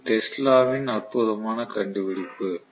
இது டெஸ்லா வின் அற்புதமான கண்டுபிடிப்பு